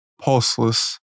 pulseless